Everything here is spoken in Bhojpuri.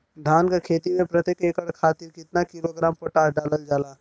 धान क खेती में प्रत्येक एकड़ खातिर कितना किलोग्राम पोटाश डालल जाला?